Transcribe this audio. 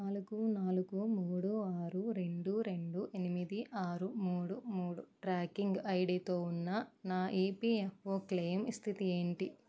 నాలుగు నాలుగు మూడు ఆరు రెండు రెండు ఎనిమిది ఆరు మూడు మూడు ట్రాకింగ్ ఐడితో ఉన్న నా ఈపిఎఫ్ఓ క్లెయిము స్థితి ఏంటి